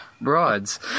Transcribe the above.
broads